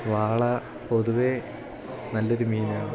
വാള പൊതുവേ നല്ലൊരു മീനാണ്